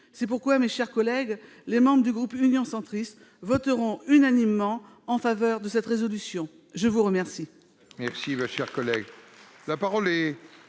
C'est pourquoi, mes chers collègues, les membres du groupe Union Centriste voteront unanimement en faveur de cette proposition de résolution.